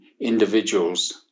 individuals